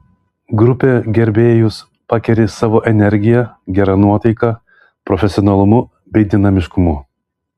grupė gerbėjus pakeri savo energija gera nuotaika profesionalumu bei dinamiškumu